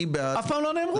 אני בעד --- אף פעם לא נאמרו.